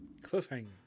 cliffhanger